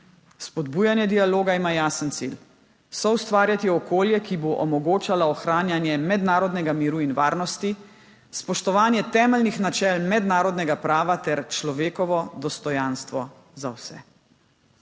Spodbujanje dialoga ima jasen cilj: soustvarjati okolje, ki bo omogočalo ohranjanje mednarodnega miru in varnosti, spoštovanje temeljnih načel mednarodnega prava ter človekovo dostojanstvo za vse.